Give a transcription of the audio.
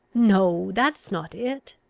no, that is not it.